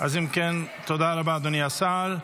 תודה רבה, אדוני השר.